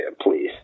please